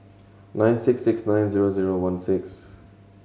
nine six six nine zero zero one six